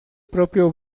propio